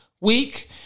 week